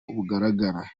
bugaragara